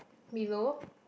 middle